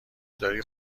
داری